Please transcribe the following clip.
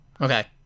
okay